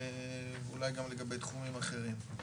ואולי גם לגבי תחומים אחרים.